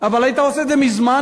אבל היית עושה את זה מזמן,